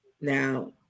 Now